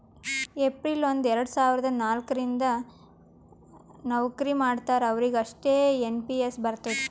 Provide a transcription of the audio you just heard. April ಒಂದು ಎರಡ ಸಾವಿರದ ನಾಲ್ಕ ರಿಂದ್ ನವ್ಕರಿ ಮಾಡ್ತಾರ ಅವ್ರಿಗ್ ಅಷ್ಟೇ ಎನ್ ಪಿ ಎಸ್ ಬರ್ತುದ್